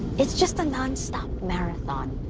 it's just a non-stop marathon.